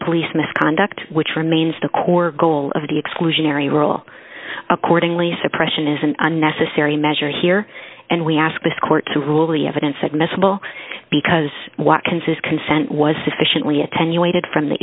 police misconduct which remains the core goal of the exclusionary rule accordingly suppression is an unnecessary measure here and we ask this court to rule the evidence admissible because what consist consent was sufficiently attenuated from the